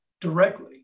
directly